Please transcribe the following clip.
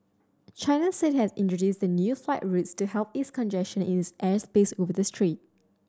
China said it had introduced the new flight routes to help ease congestion in its airspace over the strait